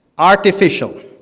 Artificial